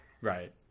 Right